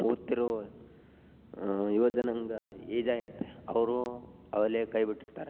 ಒದ್ತಿರೋ ಯುವ ಜನಾಂಗ ಏಜಾಗಿರುತ್ತೆ ಅವರು ಆವಾಗಲೆ ಕೈ ಬಿಟ್ಟಿರ್ತಾರೆ